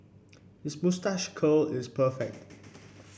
his moustache curl is perfect